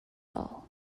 all